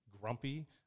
grumpy